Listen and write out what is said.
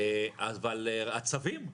הצווים,